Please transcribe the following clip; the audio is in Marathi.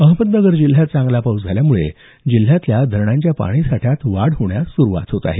अहमदनगर जिल्ह्यात चांगला पाऊस झाल्यामुळे जिल्ह्यातल्या धरणांच्या पाणी साठ्यात वाढ होण्यास सुरुवात होत आहे